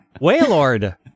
Waylord